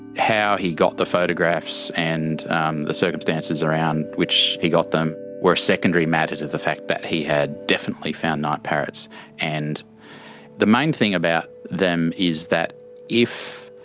how he got the photographs and um the circumstances around which he got them were a secondary matter to the fact that he had definitely found night parrots and the main thing about them is that if